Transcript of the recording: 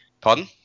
Pardon